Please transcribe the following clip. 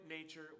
nature